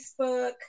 facebook